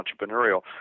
entrepreneurial